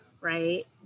right